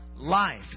Life